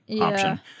option